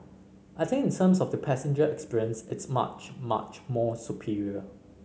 I think in terms of the passenger experience it's much much more superior